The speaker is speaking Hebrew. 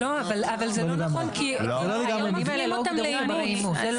אבל זה לא נכון, כי לא מפנים אותם לאימוץ.